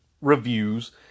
reviews